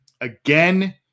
Again